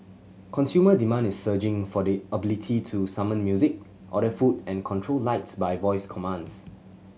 consumer demand is surging for the ability to summon music order food and control lights by voice commands